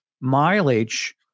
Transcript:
mileage